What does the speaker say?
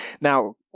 Now